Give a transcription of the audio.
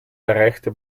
erreichte